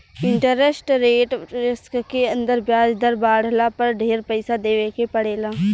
interest rate risk के अंदर ब्याज दर बाढ़ला पर ढेर पइसा देवे के पड़ेला